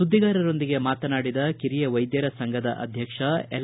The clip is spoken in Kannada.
ಸುದ್ದಿಗಾರರೊಂದಿಗೆ ಮಾತನಾಡಿದ ಕಿರಿಯ ವೈದ್ಯರ ಸಂಘದ ಅಧ್ಯಕ್ಷ ಎಲ್